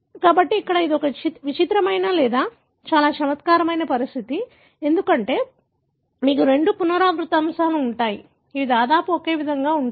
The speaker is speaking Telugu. కాబట్టి ఇక్కడ ఇది ఒక విచిత్రమైన లేదా చాలా చమత్కారమైన పరిస్థితి ఎందుకంటే మీకు రెండు పునరావృత అంశాలు ఉన్నాయి ఇవి దాదాపుగా ఒకే విధంగా ఉంటాయి